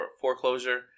foreclosure